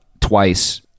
twice